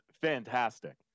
fantastic